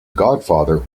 godfather